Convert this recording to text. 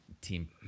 team